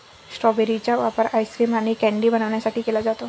strawberry चा वापर ice cream आणि कँडी बनवण्यासाठी केला जातो